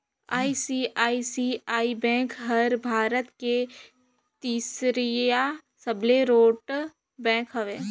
ICICI bank हर भारत के तीसरईया सबले रोट बेंक हवे